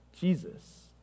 Jesus